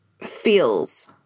feels